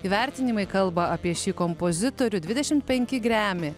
įvertinimai kalba apie šį kompozitorių dvidešimt penki grammy